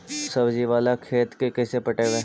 सब्जी बाला खेत के कैसे पटइबै?